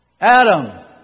Adam